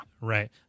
Right